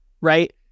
right